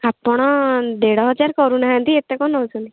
ଆପଣ ଦେଢ଼ ହଜାର କରୁନାହାନ୍ତି ଏତେ କ'ଣ ନେଉଛନ୍ତି